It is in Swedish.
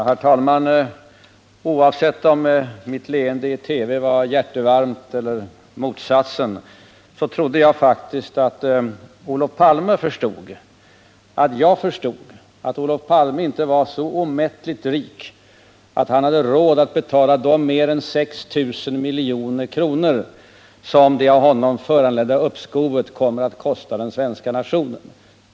Herr talman! Oavsett om mitt leende i TV var hjärtevarmt eller motsatsen trodde jag faktiskt att Olof Palme förstod att jag förstod att Olof Palme inte var så omåttligt rik att han hade råd att betala de mer än 6 000 milj.kr. som det av honom föranledda uppskovet kommer att kosta den svenska nationen.